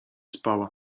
spała